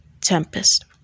tempest